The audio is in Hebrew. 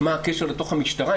מה הקשר לתוך המשטרה,